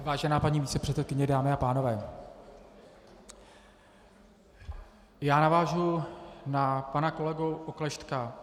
Vážená paní místopředsedkyně, dámy a pánové, navážu na pana kolegu Oklešťka.